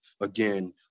Again